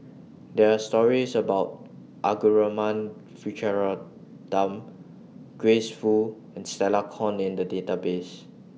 There Are stories about Arumugam Vijiaratnam Grace Fu and Stella Kon in The Database